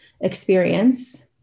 experience